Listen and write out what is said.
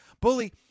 Bully